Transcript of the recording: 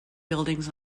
buildings